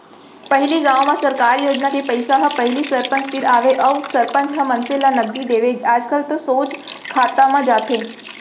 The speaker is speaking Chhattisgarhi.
पहिली गाँव में सरकार योजना के पइसा ह पहिली सरपंच तीर आवय अउ सरपंच ह मनसे ल नगदी देवय आजकल तो सोझ खाता म जाथे